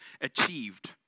achieved